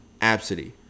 Absidy